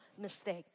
mistake